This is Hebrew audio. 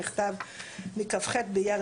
מכתב מכ"ח באייר,